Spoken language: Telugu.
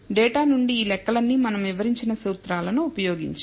డేటా నుండి ఈ లెక్కలన్నీ మనం వివరించిన సూత్రాలను ఉపయోగించి